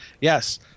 Yes